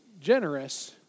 generous